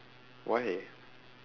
why